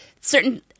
certain